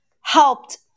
helped